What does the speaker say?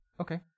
Okay